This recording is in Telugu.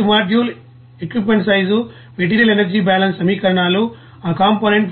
ప్రతి module equipment size material energy balance సమీకరణాలు ఆ కాంపోనెంట్